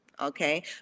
okay